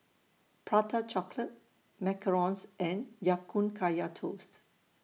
Prata Chocolate Macarons and Ya Kun Kaya Toast